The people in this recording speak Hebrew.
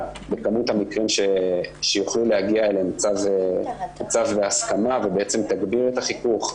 בכמות המקרים שיוכלו להגיע אליהם בצו בהסכמה ובעצם תגביר את החיכוך,